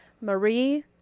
Marie